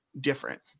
different